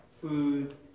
food